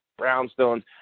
brownstones